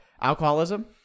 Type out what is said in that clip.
alcoholism